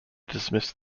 dismiss